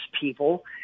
people